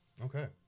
Okay